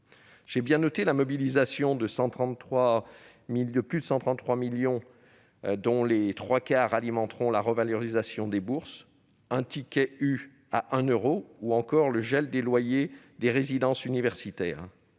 J'ai bien noté la mobilisation de 133,5 millions d'euros supplémentaires, dont les trois quarts alimenteront la revalorisation des bourses, le ticket U à 1 euro ou encore le gel des loyers des résidences universitaires.